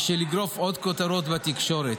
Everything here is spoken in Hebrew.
בשביל לגרוף עוד כותרות בתקשורת.